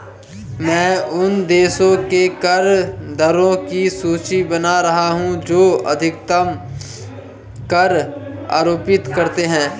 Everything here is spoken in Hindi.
मैं उन देशों के कर दरों की सूची बना रहा हूं जो अधिकतम कर आरोपित करते हैं